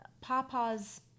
Papa's